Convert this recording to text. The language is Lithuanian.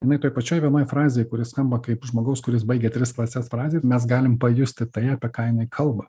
jinai toj pačioj vienoj frazėj kuri skamba kaip žmogaus kuris baigė tris klases frazė mes galim pajusti tai apie ką jinai kalba